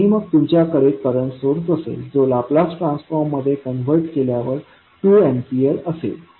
आणि मग तुमच्याकडे करंट सोर्स असेल जो लाप्लास ट्रान्सफॉर्म मध्ये कन्व्हर्ट केल्यावर 2 एम्पियर असेल